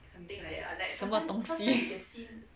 什么东西